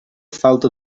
falta